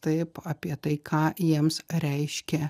taip apie tai ką jiems reiškia